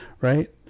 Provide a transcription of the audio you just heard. right